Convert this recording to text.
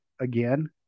again